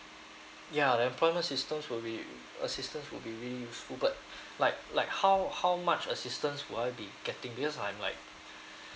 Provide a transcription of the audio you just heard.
ya the appoint assistance will be assistance would be really useful but like like how how much assistance will I be getting because I'm like